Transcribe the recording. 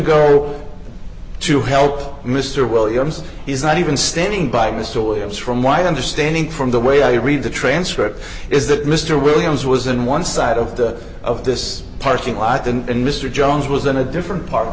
go to help mr williams is not even standing by mr williams from white understanding from the way i read the transcript is that mr williams was in one side of the of this parking lot and mr jones was in a different part